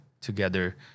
together